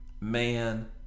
man